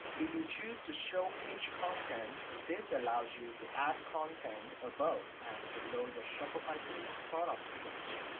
if you choose to show page content. this allows you to add content above and below your shopify themes product page